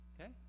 okay